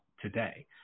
today